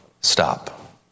Stop